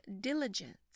diligence